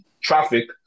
traffic